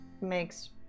makes